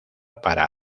para